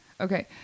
Okay